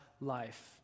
life